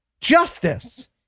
justice